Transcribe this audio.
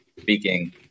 speaking